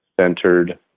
centered